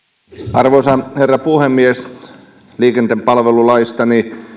arvoisa herra puhemies liikenteen palvelulaista